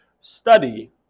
study